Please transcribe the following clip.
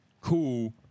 cool